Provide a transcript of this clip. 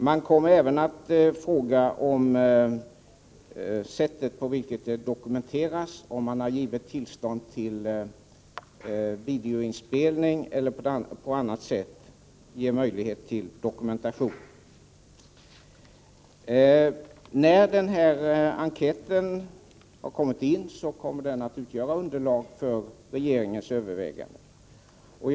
Man kommer även att fråga om det sätt på vilket övervakningen dokumenteras — om det har givits tillstånd till videoinspelning eller ges möjlighet till dokumentation på annat sätt. När svaren på enkäten kommit in kommer de att utgöra underlag för regeringens överväganden.